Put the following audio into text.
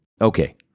Okay